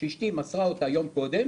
שאשתי מסרה אותה יום קודם